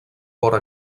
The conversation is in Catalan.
vora